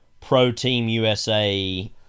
pro-team-USA